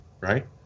right